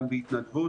גם בהתנדבות,